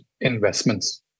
investments